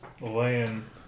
laying